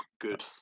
Good